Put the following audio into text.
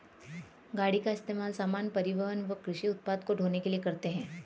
गाड़ी का इस्तेमाल सामान, परिवहन व कृषि उत्पाद को ढ़ोने के लिए करते है